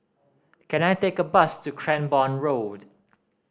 can I take a bus to Cranborne Road